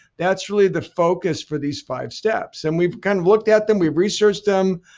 that's really the focus for these five steps and we've kind of looked at them. we've researched them.